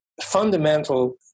fundamental